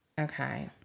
Okay